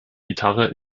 gitarre